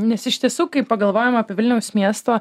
nes iš tiesų kai pagalvojam apie vilniaus miesto